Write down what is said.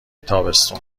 تابستون